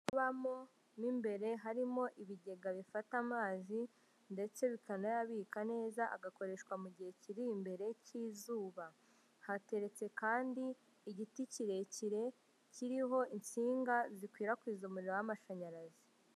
Bamo mu imbere harimo ibigega bifata amazi ndetse bikanayabika neza agakoreshwa mu gihe kiri imbere cy'izuba, hateretse kandi igiti kirekire kiriho insinga zikwirakwiza umuriro w'amashanyarazi.